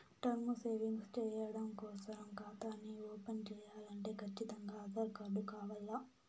term savings చెయ్యడం కోసరం కాతాని ఓపన్ చేయాలంటే కచ్చితంగా ఆధార్ కార్డు కావాల్ల